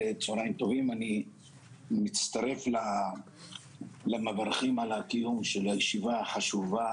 אני מצטרף לברכות על קיום הישיבה החשובה